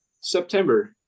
September